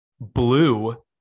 blue